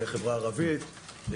חברה ערבית,